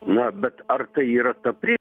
na bet ar tai yra ta pri